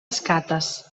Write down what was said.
escates